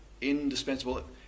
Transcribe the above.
indispensable